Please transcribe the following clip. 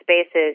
spaces